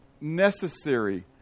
necessary